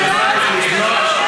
תודה.